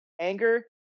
anger